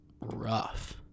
rough